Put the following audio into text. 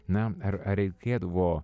na ar reikėdavo